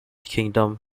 kingdom